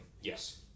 Yes